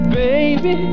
baby